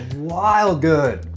wild good.